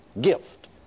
Gift